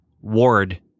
Ward